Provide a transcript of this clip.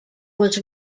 was